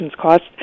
costs